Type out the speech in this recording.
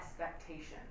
expectation